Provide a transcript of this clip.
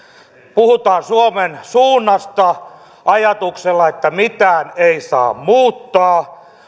puhutaan suomen suunnasta ajatuksella että mitään ei saa muuttaa